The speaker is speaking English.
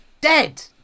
dead